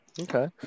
Okay